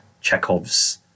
Chekhov's